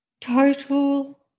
Total